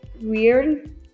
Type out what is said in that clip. weird